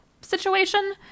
situation